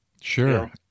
Sure